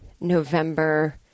November